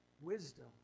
wisdom